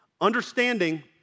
Understanding